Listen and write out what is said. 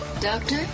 Doctor